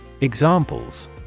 Examples